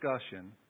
discussion